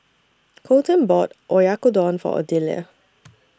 Coleton bought Oyakodon For Odelia